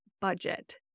budget